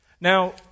Now